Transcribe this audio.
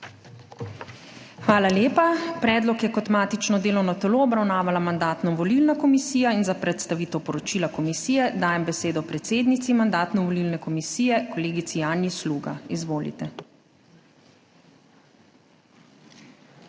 Hvala lepa. Predlog je kot matično delovno telo obravnavala Mandatno-volilna komisija. Za predstavitev poročila komisije dajem besedo predsednici Mandatno-volilne komisije kolegici Janji Sluga. Izvolite. JANJA